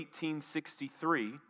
1863